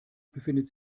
befindet